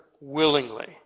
willingly